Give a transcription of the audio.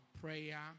prayer